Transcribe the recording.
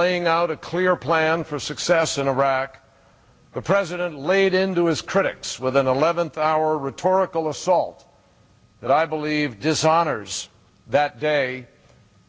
laying out a clear plan for success in iraq the president laid into his critics with an eleventh hour rhetorical assault that i believe dishonors that day